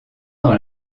dans